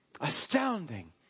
astounding